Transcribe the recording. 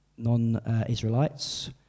non-Israelites